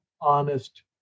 honest